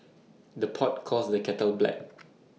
the pot calls the kettle black